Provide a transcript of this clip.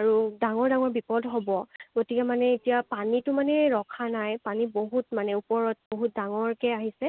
আৰু ডাঙৰ ডাঙৰ বিপদ হ'ব গতিকে মানে এতিয়া পানীটো মানে ৰখা নাই পানী বহুত মানে ওপৰত বহুত ডাঙৰকৈ আহিছে